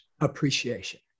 appreciation